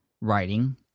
writing